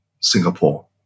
Singapore